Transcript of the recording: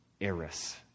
eris